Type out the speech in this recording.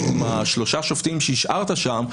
עם שלושה השופטים שהשארת שם,